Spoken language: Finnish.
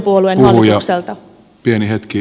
arvoisa puhuja pieni hetki